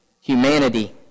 humanity